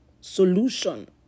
solution